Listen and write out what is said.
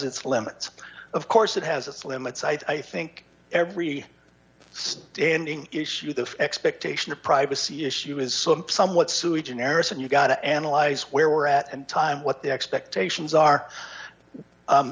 its limits of course it has its limits i think every day ending issue the expectation of privacy issue is somewhat sui generis and you've got to analyze where we're at and time what the expectations are